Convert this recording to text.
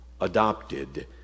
adopted